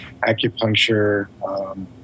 acupuncture